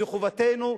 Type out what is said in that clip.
זו חובתנו,